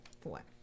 Four